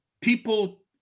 people